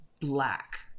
black